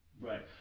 Right